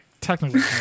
technically